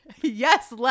Yes